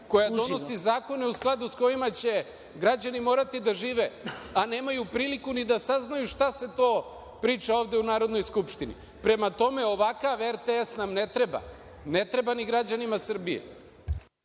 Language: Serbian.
koja donosi zakone u skladu sa kojima će građani morati da žive, a nemaju priliku ni da saznaju šta se to priča ovde u Narodnoj skupštini. Prema tome, ovakva RTS nam ne treba, ne treba ni građanima Srbije.